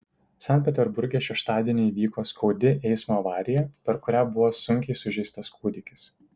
sankt peterburge šeštadienį įvyko skaudi eismo avarija per kurią buvo sunkiai sužeistas kūdikis